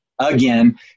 again